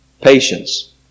patience